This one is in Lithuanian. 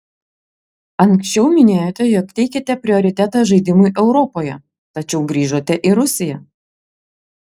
anksčiau minėjote jog teikiate prioritetą žaidimui europoje tačiau grįžote į rusiją